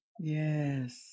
Yes